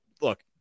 look